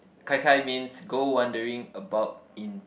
gai-gai means go wondering about in